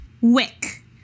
wick